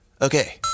Okay